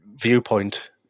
viewpoint